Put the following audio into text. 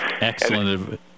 Excellent